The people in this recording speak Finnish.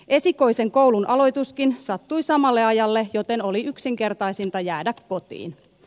esikoisen koulun aloituskin sattui samalle ajalle joten oli yksinkertaisinta jäädä kotiin